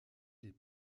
les